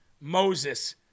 Moses